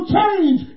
change